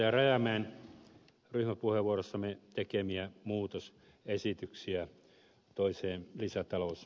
rajamäen ryhmäpuheenvuorossamme tekemiä muutosesityksiä toiseen lisätalousarvioon